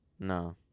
No